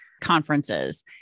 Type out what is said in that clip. conferences